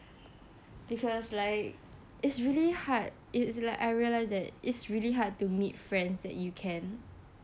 because like it's really hard it's like I realise that it's really hard to meet friends that you can